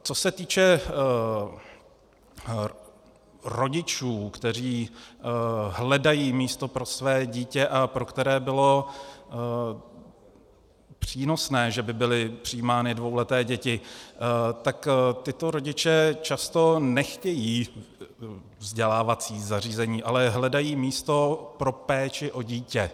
Co se týče rodičů, kteří hledají místo pro své dítě a pro které bylo přínosné, že by byly přijímány dvouleté děti, tak tito rodiče často nechtějí vzdělávací zařízení, ale hledají místo pro péči o dítě.